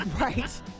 Right